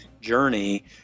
journey